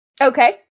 Okay